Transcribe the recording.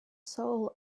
soul